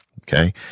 Okay